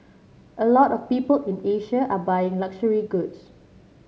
a lot of people in Asia are buying luxury goods